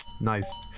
Nice